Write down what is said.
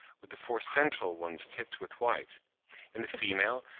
with the four central ones tipped with white in the female,